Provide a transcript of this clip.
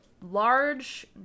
large